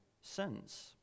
sins